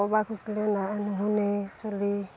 ক'বা খুজলিও না নুশুনে চলি